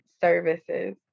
services